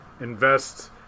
invest